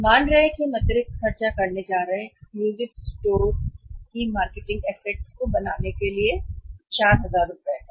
हम मान रहे हैं कि हम अतिरिक्त खर्च करने जा रहे हैं एक्सक्लूसिव स्टोर्स की मार्केटिंग एसेट्स बनाने के लिए 4000 रुपये